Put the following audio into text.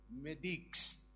medics